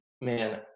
man